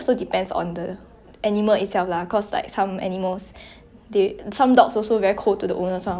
then luckily luckily my dog 不是这样 lah it's like he when I could come home it's like how to say